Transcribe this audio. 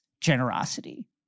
generosity